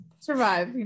survive